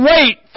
wait